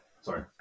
Sorry